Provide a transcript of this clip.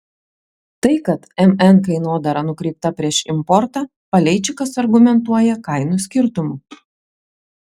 tai kad mn kainodara nukreipta prieš importą paleičikas argumentuoja kainų skirtumu